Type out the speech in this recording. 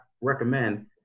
recommend